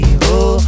Evil